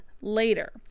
later